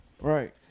Right